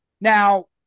Now